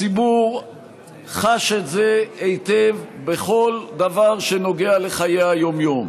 הציבור חש את זה היטב בכל דבר שנוגע לחיי היום-יום,